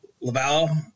Laval